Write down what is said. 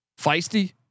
feisty